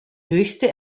höchste